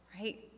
right